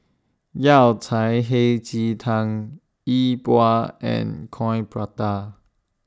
Yao Cai Hei Ji Tang Yi Bua and Coin Prata